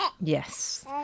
Yes